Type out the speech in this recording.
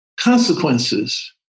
consequences